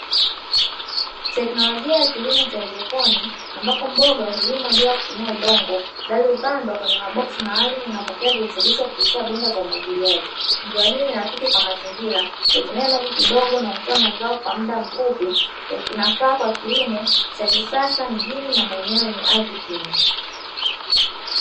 Teknolojia ya kilimo cha haidroponi ambapo mboga hulimwa bila kutumja udongo bali hupandwa kwenye maboksi maalumu yanapokea virutubisho kupitia bomba za umwagiliaji. Njia hii ni rafiki kwa mazingira hutumia maji kidogo na hutoa mazao kwa mda mfupi na kinafaa kwa kilimo cha kisasa mjini na maeneo yenye ardhi finyu.